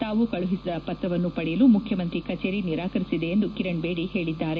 ತಾವು ಕಳುಹಿಸಿದ ಪತ್ರವನ್ನು ಪಡೆಯಲು ಮುಖ್ಯಮಂತಿ ಕಚೇರಿ ನಿರಾಕರಿಸಿದೆ ಎಂದು ಕಿರಣ್ ಬೇಡಿ ಹೇಳಿದ್ದಾರೆ